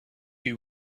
you